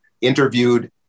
interviewed